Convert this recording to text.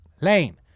Lane